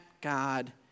God